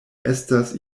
estas